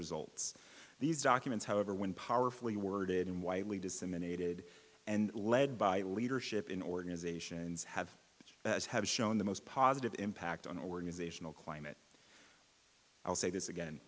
results these documents however when powerfully worded and widely disseminated and lead by leadership in organizations have which as have shown the most positive impact on organizational climate i'll say this again